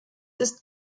ist